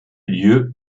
lieu